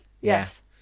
yes